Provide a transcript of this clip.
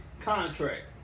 contract